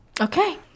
Okay